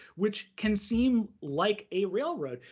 which can seem like a railroad.